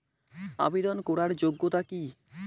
আবেদন করার যোগ্যতা কি?